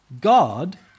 God